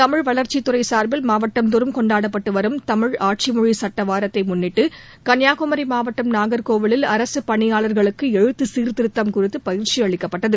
தமிழ் வளர்ச்சித் துறை சார்பில் மாவட்டந்தோறும் கொண்டாட்டப்பட்டு வரும் தமிழ் ஆட்சிமொழி சட்ட வாரத்தை முன்னிட்டு கன்னியாகுமரி மாவட்டம் நாகர்கோவிலில் அரசு பணியாளர்களுக்கு எழுத்து சீர்த்திருத்தம் குறித்து பயிற்சி அளிக்கப்பட்டது